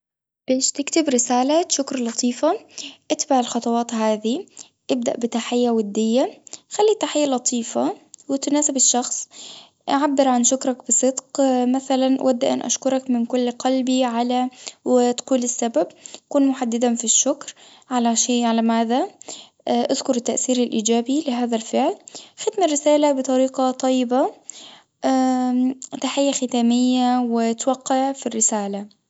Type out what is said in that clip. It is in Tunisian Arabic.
ليش تكتب رسالة شكر لطيفة اتبع الخطوات هذي إبدأ بتحية ودية خلي التحية لطيفة وتناسب الشخص، عبر عن شكرك بصدق مثلًا أود أن أشكرك من كل قلبي على وتقول السبب، كن محددًا في الشكر على شي على ماذا، اذكر التأثير الايجابي لهذا الفعل، ختم الرسالة بطريقة طيبة، تحية ختامية وتوقع في الرسالة.